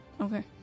Okay